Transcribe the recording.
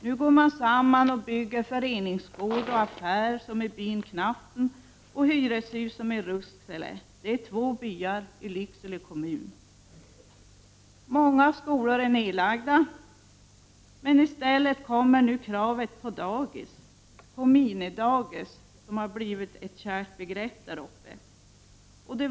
Nu går man samman och bygger föreningsgård och affär som i byn Knaften och hyreshus som i Rusksele, två byar i Lycksele kommun. Många skolor är nedlagda. Nu kommer i stället kravet på dagis, på minidagis som har blivit ett kärt begrepp där uppe.